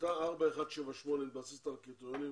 החלטה 4178 מתבססת על הקריטריונים